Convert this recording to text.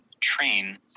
train